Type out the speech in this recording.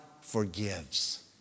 forgives